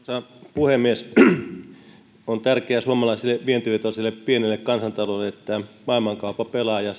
puhemies on tärkeää suomalaiselle vientivetoiselle pienelle kansantaloudelle että maailmankauppa pelaa ja